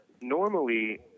normally